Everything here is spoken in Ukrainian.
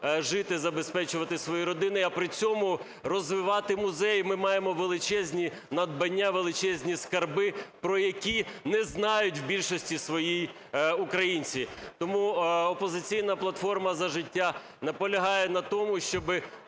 жити, забезпечувати свої родини, а при цьому розвивати музей. Ми маємо величезні надбання, величезні скарби, про які не знають в більшості своїй українці. Тому "Опозиційна платформа – За життя" наполягає на тому, щоби